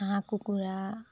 হাঁহ কুকুৰা